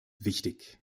wichtig